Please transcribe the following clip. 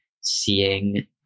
seeing